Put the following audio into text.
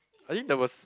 I think there was